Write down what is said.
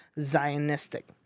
Zionistic